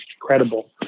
credible